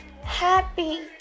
Happy